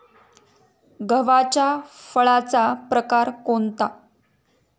गव्हाच्या फळाचा प्रकार कोणता?